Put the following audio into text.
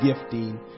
gifting